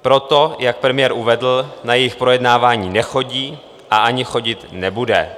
Proto, jak premiér uvedl, na jejich projednávání nechodí a ani chodit nebude.